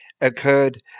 occurred